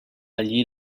allí